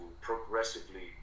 progressively